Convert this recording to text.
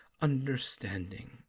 understanding